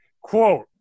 Quote